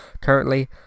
currently